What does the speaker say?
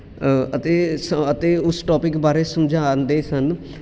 ਅਤੇ ਸ ਅਤੇ ਉਸ ਟੋਪਿਕ ਬਾਰੇ ਸਮਝਾਉਂਦੇ ਸਨ